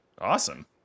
Awesome